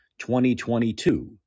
2022